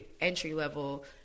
entry-level